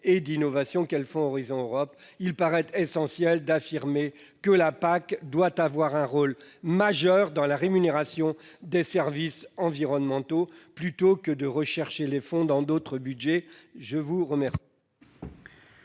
et d'innovation qu'est le fonds Horizon Europe. Il est essentiel d'affirmer que la PAC doit avoir un rôle majeur dans la rémunération des services environnementaux plutôt que de rechercher les fonds dans d'autres budgets. Quel